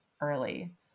early